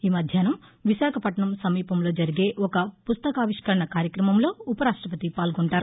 ఈ మధ్యాహ్నం విశాఖపట్టణం సమీపంలో జరిగే ఒక పుస్తకావిష్కరణ కార్యక్రమంలో ఉపరాష్ట్రపతి పాల్గొంటారు